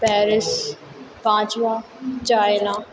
Paris पाँचवा China